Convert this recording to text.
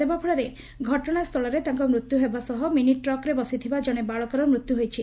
ଦେବା ଫଳରେ ଘଟଶାସ୍ଚଳରେ ତାଙ୍କର ମୃତ୍ୟୁ ହେବା ସହ ମିନିଟ୍ରକ୍ରେ ବସିଥିବା ଜଶେ ବାଳକର ମୃତ୍ଧୁ ହୋଇଛି